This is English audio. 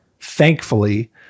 thankfully